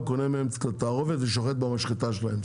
הוא קונה מהם את התערובת ושוחט במשחטה שלהם.